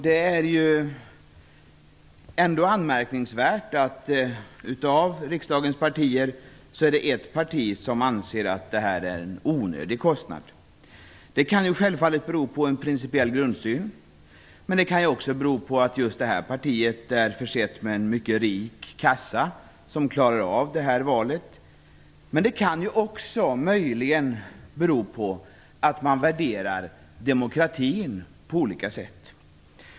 Det är ändå anmärkningsvärt att ett av riksdagens partier anser att detta är en onödig kostnad. Det kan bero på en principiell grundsyn. Men det kan också bero på att detta parti är försett med en mycket rik kassa, som klarar av detta val. Det kan möjligen också bero på att man värderar demokratin på olika sätt.